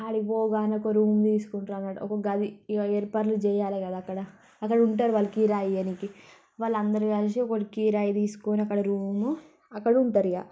ఆడికి పోగానే ఒక రూమ్ తీసుకుంటారు అన్నమాట ఒక గది ఇక ఏర్పాట్లు చేయాలి కదా అక్కడ అక్కడ ఉంటారు వాళ్ళు కిరాయి ఇవ్వడానికి వాళ్ళు అందరూ కలిసి ఒకటి కిరాయి తీసుకొని అక్కడ రూమ్ అక్కడ ఉంటారు ఇక